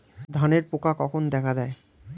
ধানের পোকা কখন দেখা দেয়?